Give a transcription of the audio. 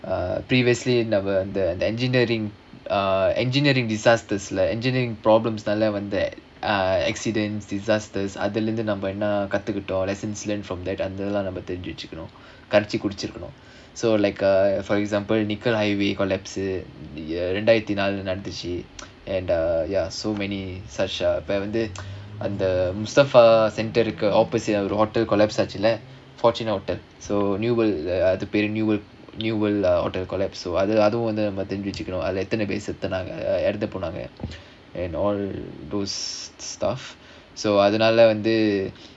uh previously நம்ம:namma the engineering uh engineering disasters like engineering problems வந்து:vandhu accidents disasters அதுல இருந்து நம்ம என்ன கத்துக்கிட்டோம்னு தெரிஞ்சி வச்சிருக்கணும்:adhula irunthu namma enna kathukkitomnu therinji vachirukkanum lessons learnt from so like uh for example nicoll highway collapse ஆச்சுல:achula and uh ya so many such mustafa centre opposite வந்து:vandhu hotel collapse ஆனாங்க:anaanga hotel so new world uh அதுக்கு பெரு:adhukku peru new world new world hotel collapsed so அதுல எத்தனை பேரு இறந்து போனாங்க:adhula ethanai peru iranthu ponaanga and all those stuff so தெரிஞ்சி வச்சுக்கணும்:therinji vachikkanum